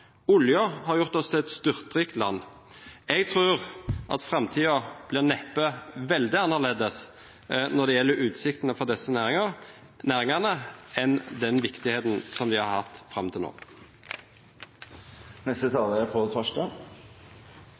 Oljen har gjort oss til et styrtrikt land. Jeg tror at framtiden neppe blir veldig annerledes når det gjelder utsiktene for disse næringene, enn den viktigheten de har hatt fram til nå. Saken om industriens rammevilkår er mer aktuell enn på